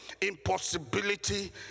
impossibility